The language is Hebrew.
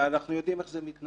ואנחנו יודעים איך זה מתנהל.